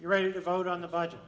you're ready to vote on the budget